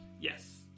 yes